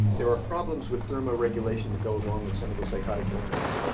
there are problems with thermoregulation that go along with some of the psychotic illnesses.